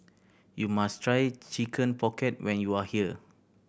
you must try Chicken Pocket when you are here